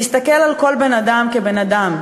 להסתכל על כל בן-אדם כבן-אדם,